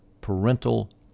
parental